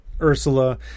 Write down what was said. Ursula